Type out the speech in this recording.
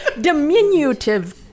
Diminutive